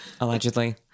Allegedly